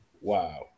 Wow